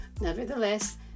Nevertheless